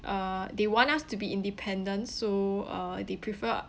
uh they want us to be independent so uh they prefer